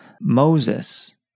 Moses